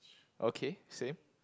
okay same